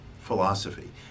philosophy